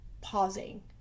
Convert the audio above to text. pausing